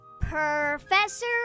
Professor